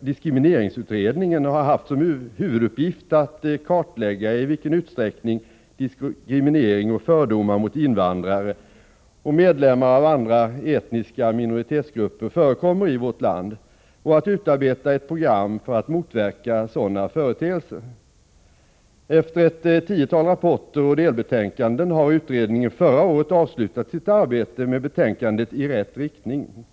diskrimineringsutredningen har haft som huvuduppgift att kartlägga i vilken utsträckning diskriminering och fördomar mot invandrare och medlemmar av andra etniska minoritetsgrupper förekommer i vårt land och att utarbeta ett program för att motverka sådana företeelser. Efter ett tiotal rapporter och delbetänkanden har utredningen förra året avslutat sitt arbete med betänkandet I rätt riktning.